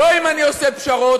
לא אם אני עושה פשרות.